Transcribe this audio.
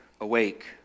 awake